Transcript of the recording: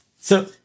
So-